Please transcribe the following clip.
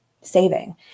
saving